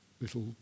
little